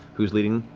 who's leading?